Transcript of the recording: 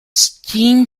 steam